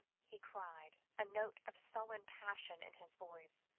he cried, a note of sullen passion in his voice.